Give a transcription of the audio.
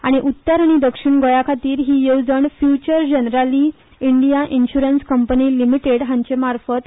आनी उत्तर आनी दक्षीण गोंया खातीर ही येवजण future general India insurance company limited हांचे मार्फत चलता